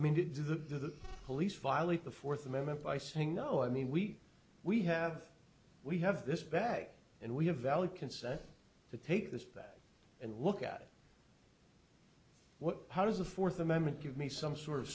i mean did the police violate the fourth amendment by saying no i mean we we have we have this bag and we have valid consent to take this back and look at what how does the fourth amendment give me some sort of